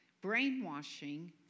brainwashing